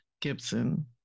gibson